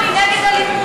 אני נגד אלימות.